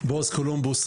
בעז קולומבוס,